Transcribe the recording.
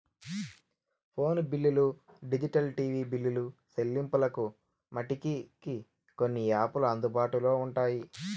phone బిల్లులు digital TV బిల్లులు సెల్లింపులకు మటికి కొన్ని యాపులు అందుబాటులో ఉంటాయి